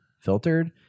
filtered